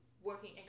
working